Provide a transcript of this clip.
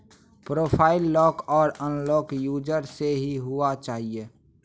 profile lock आर unlock user से ही हुआ चाहिए